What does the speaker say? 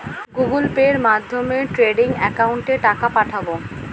Google পের মাধ্যমে trading একাউন্টে টাকা পাঠাবো?